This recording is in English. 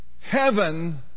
heaven